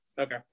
Okay